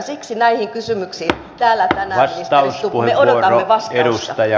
siksi näihin kysymyksiin täällä tänään ministeri stubb me odotamme vastausta